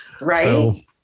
right